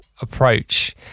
approach